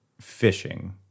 fishing